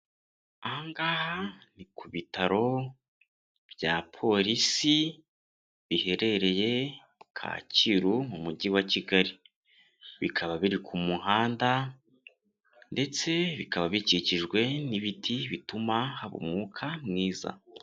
Aha ngahai ni kubitaro bya porisi biherereye Kacyiru mu mujyi wa Kigali bikaba biri ku muhanda ndetse bikaba bikikijwe n'ibiti bituma haba umwuka mwiza.